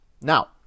Now